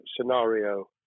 scenario